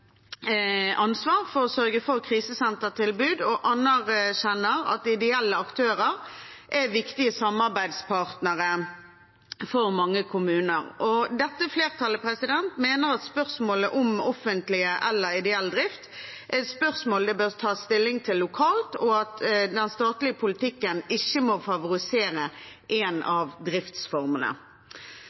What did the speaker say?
ansvar for å sørge for et krisesentertilbud, og anerkjenner at ideelle aktører er viktige samarbeidspartnere for mange kommuner.» Dette flertallet mener at «spørsmålet om offentlig eller ideell drift er et spørsmål det bør tas stilling til lokalt, og at den statlige politikken ikke må favorisere en av driftsformene.